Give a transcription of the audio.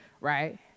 right